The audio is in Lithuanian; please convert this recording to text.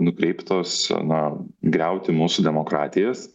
nukreiptos na griauti mūsų demokratijas